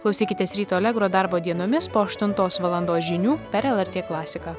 klausykitės ryto alegro darbo dienomis po aštuntos valandos žinių per lrt klasiką